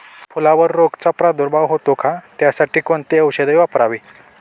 फुलावर रोगचा प्रादुर्भाव होतो का? त्यासाठी कोणती औषधे वापरावी?